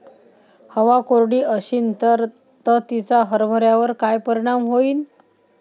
हवा कोरडी अशीन त तिचा हरभऱ्यावर काय परिणाम होईन?